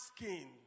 asking